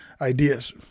ideas